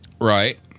Right